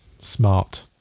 smart